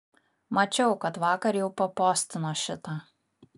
mačiau kad vakar jau papostino šitą